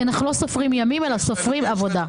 כי אנחנו לא סופרים ימים אלא סופרים עבודה.